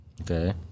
Okay